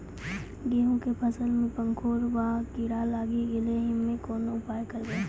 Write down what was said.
गेहूँ के फसल मे पंखोरवा कीड़ा लागी गैलै हम्मे कोन उपाय करबै?